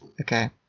Okay